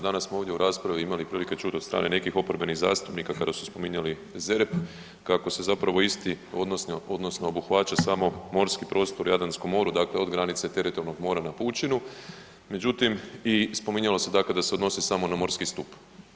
Danas smo ovdje u raspravi imali prilike čuti od strane nekih oporbenih zastupnika kada su spominjali ZERP, kako se zapravo isti odnosno obuhvaća samo morski prostor u Jadranskom moru, dakle od granice teritorijalnog mora na pučinu, međutim i spominjalo se dakle, da se odnosi samo na morski stup.